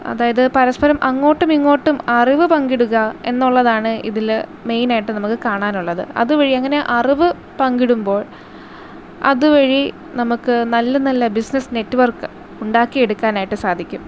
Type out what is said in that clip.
അതായത് പരസ്പരം അങ്ങോട്ടുമിങ്ങോട്ടും അറിവ് പങ്കിടുക എന്നുള്ളതാണ് ഇതില് മെയ്നായിട്ട് നമുക്ക് കാണാനുള്ളത് അതുവഴി അങ്ങനെ അറിവ് പങ്കിടുമ്പോൾ അതുവഴി നമുക്ക് നല്ല നല്ല ബിസിനസ്സ് നെറ്റ്വർക്ക് ഉണ്ടാക്കിയെടുക്കാനായിട്ട് സാധിക്കും